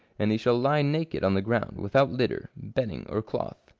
and he shall lie naked on the ground without litter, bedding, or cloth,